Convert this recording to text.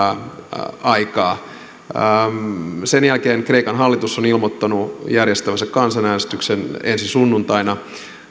aikaa kreikan hallitus on ilmoittanut järjestävänsä sen jälkeen kansanäänestyksen ensi sunnuntaina